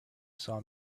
saw